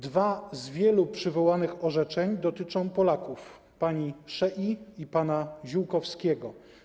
Dwa z wielu przywołanych orzeczeń dotyczą Polaków: pani Szei i pana Ziółkowskiego.